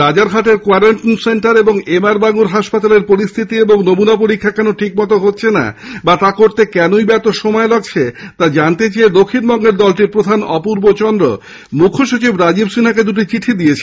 রাজারহাটের quarantine centre ও এমআরবাঙ্গুর হাসপাতালের পরিস্থিতি এবং নমুনা পরীক্ষা কেন ঠিকমতো হচ্ছে না বা তা করতে কেনই বা এত সময় লাগছে তা জানতে চেয়ে দক্ষিণবঙ্গের দলটির প্রধান অবূর্ব চন্দ্র মুখ্য সচিব রাজীব সিনহাকে দুটি চিঠি দিয়েছেন